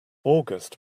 august